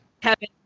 Kevin